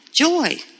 Joy